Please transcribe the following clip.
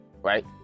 right